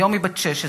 היום היא בת 16,